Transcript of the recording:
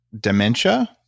dementia